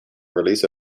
release